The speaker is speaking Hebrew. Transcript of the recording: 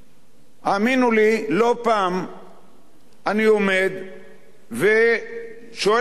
האמינו לי, לא פעם אני עומד ושואל את עצמי